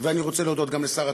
ואני רוצה להודות גם לשר התחבורה,